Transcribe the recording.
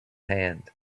hand